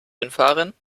hinfahren